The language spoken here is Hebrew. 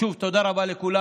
שוב, תודה רבה לכולם.